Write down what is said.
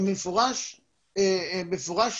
והם במפורש מקשיבים.